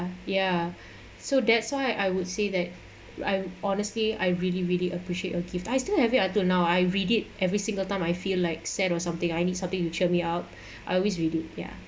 ya so that's why I would say that I honestly I really really appreciate your gift I still have it until now I read it every single time I feel like sad or something I need something to cheer me up I always read it ya